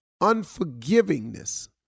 unforgivingness